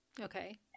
Okay